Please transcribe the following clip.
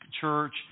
church